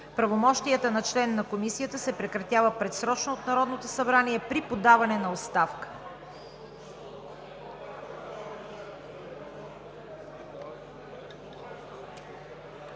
„Правомощията на член на Комисията се прекратяват предсрочно от Народното събрание при подаване на оставка.“